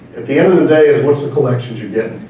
at the end of the day, it's what's the collections you're getting.